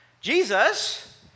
Jesus